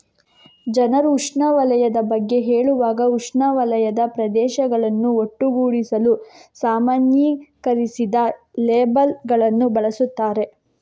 ಜನರು ಉಷ್ಣವಲಯದ ಬಗ್ಗೆ ಹೇಳುವಾಗ ಉಷ್ಣವಲಯದ ಪ್ರದೇಶಗಳನ್ನು ಒಟ್ಟುಗೂಡಿಸಲು ಸಾಮಾನ್ಯೀಕರಿಸಿದ ಲೇಬಲ್ ಗಳನ್ನು ಬಳಸುತ್ತಾರೆ